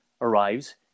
arrives